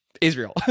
Israel